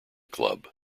club